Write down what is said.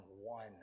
one